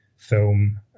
film